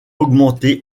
augmenté